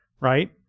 right